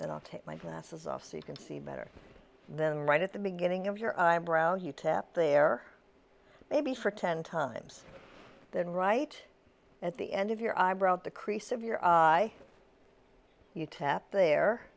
and i'll take my glasses off so you can see better than right at the beginning of your brow you tap there maybe for ten times then right at the end of your eyebrow at the crease of your eye you tap there